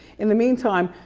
in the meantime,